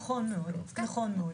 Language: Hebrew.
נכון מאוד.